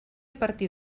partir